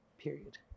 period